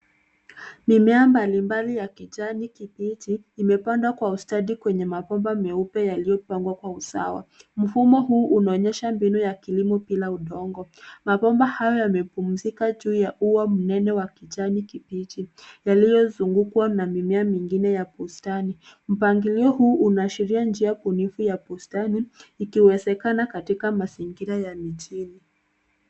Mimea mbali mbali ya kijani kibichi ,imepandwa kwa ustadi kwenye mabomba meupe yaliyopangwa kwa usawa. Mfumo huu unaonyesha mbinu ya kilimo bila udongo. Mabomba hayo yamepumzika juu ya ua mnene wa kijani kibichi yaliozungukwa na mimea mingine ya bustani .Mpangilio huu unaashiria njia bunifu ya bustani ikiwezekana katika mazingira ya mijini.